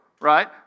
Right